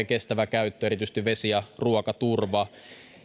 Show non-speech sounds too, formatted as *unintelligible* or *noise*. *unintelligible* kestävä käyttö erityisesti vesi ja ruokaturva